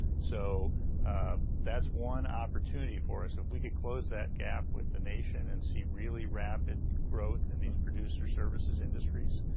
so that's one opportunity for us. if we could close that gap with the nation and see really rapid growth in these producer services industries,